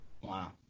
Wow